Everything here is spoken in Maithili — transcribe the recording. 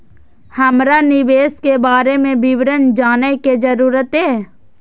हमरा निवेश के बारे में विवरण जानय के जरुरत ये?